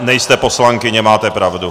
Nejste poslankyně, máte pravdu.